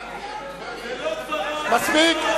זה לא דברה, מספיק.